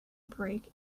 break